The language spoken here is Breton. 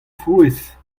frouezh